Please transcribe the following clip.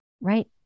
Right